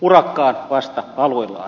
urakka on vasta aluillaan